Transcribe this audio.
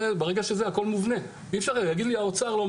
המשמעות היא שזה רק לאותם אירועים שהם